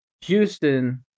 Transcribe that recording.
Houston